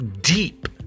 deep